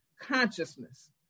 consciousness